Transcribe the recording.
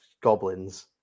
goblins